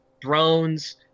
drones